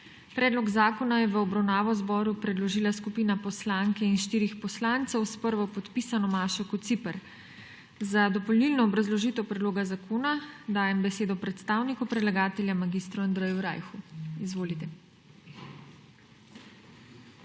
Predlog zakona je v obravnavo Državnemu zboru predložila skupina poslanke in štirih poslancev s prvopodpisano Mašo Kociper. Za dopolnilno obrazložitev predloga zakona dajem besedo predstavniku predlagatelja mag. Andreju Rajhu. Izvolite.